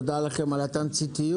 תודה לכם על התמציתיות.